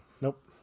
Nope